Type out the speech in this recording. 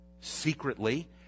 secretly